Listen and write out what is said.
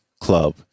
Club